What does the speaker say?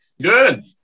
Good